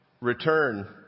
return